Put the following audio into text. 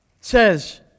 says